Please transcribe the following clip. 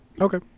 Okay